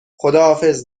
خداحافظ